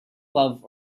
love